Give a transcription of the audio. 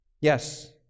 Yes